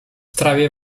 trawie